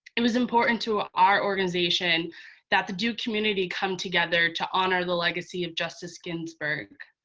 it was important to ah our organization that the duke community come together to honor the legacy of justice ginsburg.